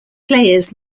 players